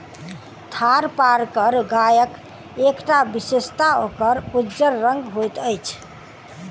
थारपारकर गायक एकटा विशेषता ओकर उज्जर रंग होइत अछि